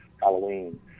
Halloween